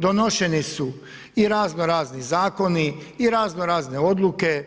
Donošeni su i raznorazni zakoni i raznorazne odluke,